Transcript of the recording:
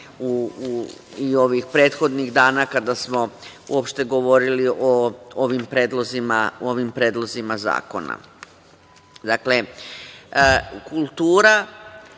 i ovih prethodnih dana kada smo uopšte govorili o ovim predlozima zakona. Dakle, kultura